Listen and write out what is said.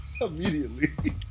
immediately